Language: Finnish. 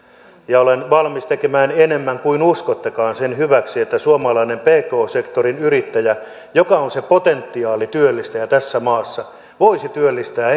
ja olen valmis tekemään enemmän kuin uskottekaan sen hyväksi että suomalainen pk sektorin yrittäjä joka on se potentiaalinen työllistäjä tässä maassa voisi työllistää